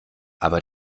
aber